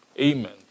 Amen